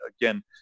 again